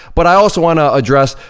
but i also wanna address,